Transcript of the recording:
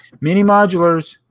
Mini-modulars